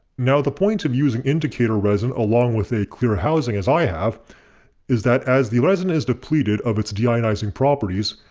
now the point of using indicator resin along with a clear housing as i have here is that as the resin is depleted of its deionizing properties,